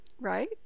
right